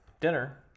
dinner